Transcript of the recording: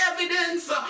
evidence